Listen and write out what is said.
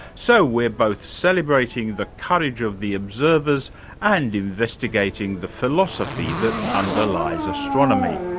so we're both celebrating the courage of the observers and investigating the philosophy that underlies astronomy.